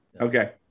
okay